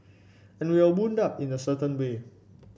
and we are wound up in a certain way